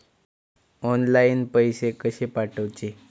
Online पैसे कशे पाठवचे?